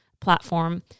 platform